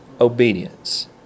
obedience